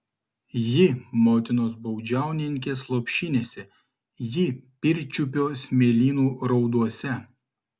ji motinos baudžiauninkės lopšinėse ji pirčiupio smėlynų raudose